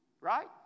right